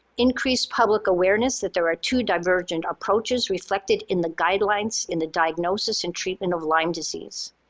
increase public awareness that there are two divergent approaches reflected in the guidelines in the diagnosis and treatment of lyme disease.